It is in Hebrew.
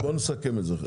נסכם את זה.